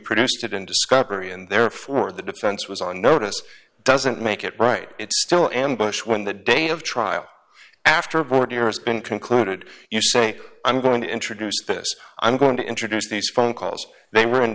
produced it in discovery and therefore the defense was on notice doesn't make it right it still ambush when that day of trial after borders been concluded you say i'm going to introduce this i'm going to introduce these phone calls they